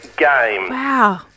Wow